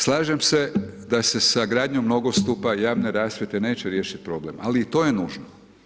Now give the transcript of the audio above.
Slažem se da se sa gradnjom nogostupa javne rasvjete neće riješiti problem ali i to je nužno.